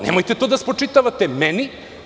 Nemojte to da spočitavate meni.